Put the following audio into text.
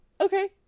Okay